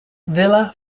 villa